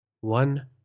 One